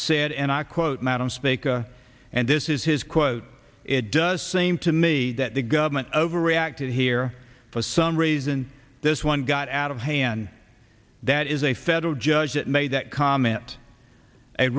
said and i quote madam speaker and this is his quote it does seem to me that the government overreacted here for some reason this one got out of hand that is a federal judge that made that comment a